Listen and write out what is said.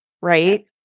right